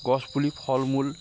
গছপুলি ফল মূল